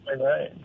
right